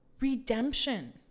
redemption